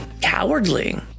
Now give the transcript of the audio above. cowardly